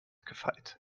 gefeit